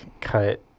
cut